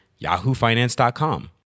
yahoofinance.com